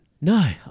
No